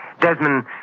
Desmond